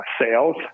sales